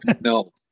no